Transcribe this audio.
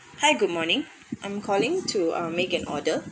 hi good morning I'm calling to uh make an order